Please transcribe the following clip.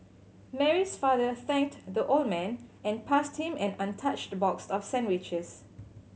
Mary's father thanked the old man and passed him an untouched box of sandwiches